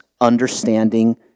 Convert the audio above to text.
understanding